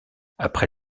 après